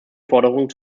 forderungen